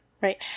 right